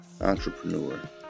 entrepreneur